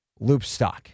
Loopstock